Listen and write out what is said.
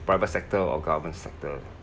private sector or government sector